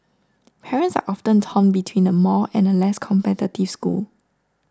parents are often torn between a more and a less competitive school